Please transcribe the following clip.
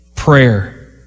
Prayer